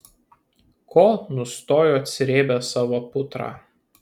ko nustojot srėbę savo putrą